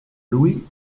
louis